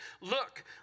Look